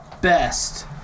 best